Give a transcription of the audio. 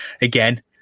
again